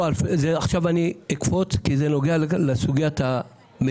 עכשיו אני אקפוץ לנושא אחר כי זה נוגע לסוגיית המצ'ינג.